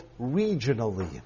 regionally